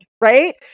Right